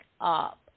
up